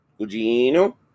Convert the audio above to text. Gugino